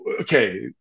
Okay